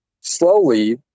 slowly